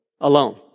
alone